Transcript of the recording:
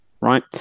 right